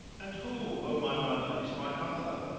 and who, o my mother, is my father?